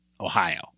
Ohio